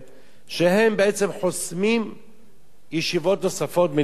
שהם בעצם חוסמים ישיבות נוספות מלהצטרף